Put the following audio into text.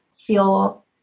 feel